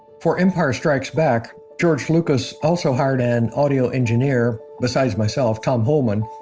for empire strikes back, george lucas also hired an audio engineer, besides myself, tom holman.